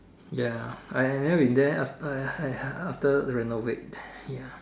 ya I I never been there after I I after renovate ya